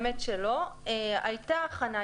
הייתה הכנה.